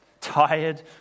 tired